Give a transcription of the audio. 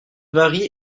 vari